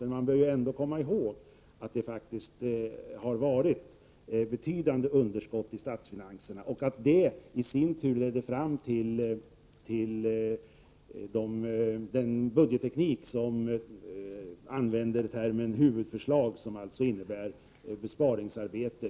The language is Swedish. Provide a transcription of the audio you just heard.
Men man bör ändå komma ihåg att det faktiskt varit betydande underskott i statsfinanserna och att det i sin tur har lett fram till den budgetteknik som använts här med huvudförslag som alltså innebär besparingar.